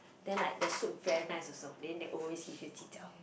then like the soup very nice also then they always give you ji-jiao